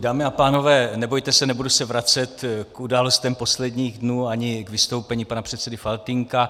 Dámy a pánové, nebojte se, nebudu se vracet k událostem posledních dnů ani k vystoupení pana předsedy Faltýnka.